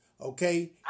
okay